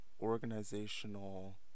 organizational